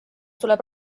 tuleb